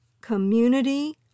community